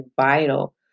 vital